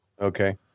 Okay